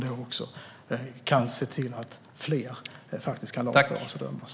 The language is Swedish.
Då kan fler lagföras och dömas.